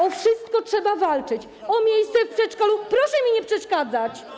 O wszystko trzeba walczyć: o miejsce w przedszkolu - proszę mi nie przeszkadzać.